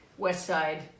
Westside